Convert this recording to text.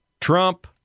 Trump